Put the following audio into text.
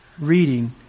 reading